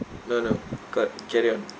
no no co~ carry on